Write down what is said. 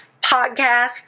podcast